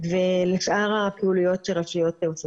ולשאר הפעילויות שהרשויות עושות.